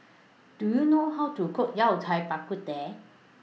Do YOU know How to Cook Yao Cai Bak Kut Teh